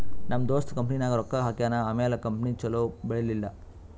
ನಮ್ ದೋಸ್ತ ಕಂಪನಿನಾಗ್ ರೊಕ್ಕಾ ಹಾಕ್ಯಾನ್ ಆಮ್ಯಾಲ ಕಂಪನಿ ಛಲೋ ಬೆಳೀಲಿಲ್ಲ